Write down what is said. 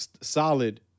solid